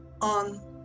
on